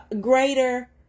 greater